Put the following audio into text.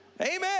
Amen